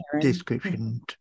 description